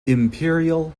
imperial